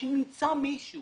אם נמצא מישהו